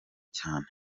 cyane